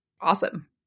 Awesome